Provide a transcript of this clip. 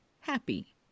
happy